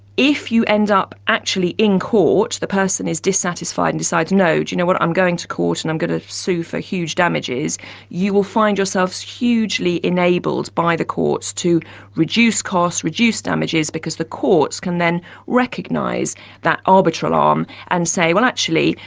if you end up actually in court the person is dissatisfied and decides, no, do you know what, i'm going to court and i'm going to sue for huge damages you will find yourself hugely enabled by the courts, to reduce cost, reduce damages. because the courts can then recognise that arbitral arm and say, well actually,